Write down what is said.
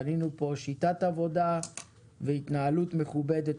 בנינו פה שיטת עבודה והתנהלות מכובדת,